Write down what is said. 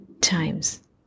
times